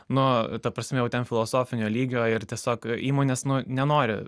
nu ta prasme jau ten filosofinio lygio ir tiesiog įmonės nu nenori